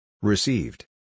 Received